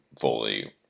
fully